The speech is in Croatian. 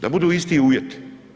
Da budu isti uvjeti.